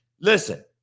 Listen